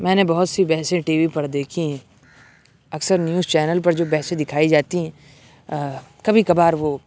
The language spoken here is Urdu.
میں نے بہت سی بحثیں ٹی وی پر دیکھی ہیں اکثر نیوز چینل پر جو بحثیں دکھائی جاتی ہیں کبھی کبھار وہ